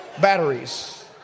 batteries